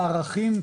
לערכים,